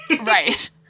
Right